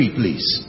please